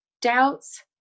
doubts